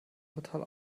total